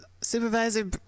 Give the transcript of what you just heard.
supervisor